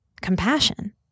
Compassion